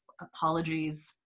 Apologies